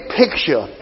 picture